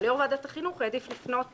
יו"ר ועדת החינוך העדיף לפנות